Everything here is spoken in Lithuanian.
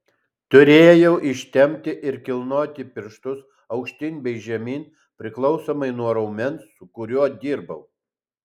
turėjau ištempti ir kilnoti pirštus aukštyn bei žemyn priklausomai nuo raumens su kuriuo dirbau